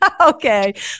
Okay